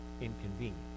inconvenient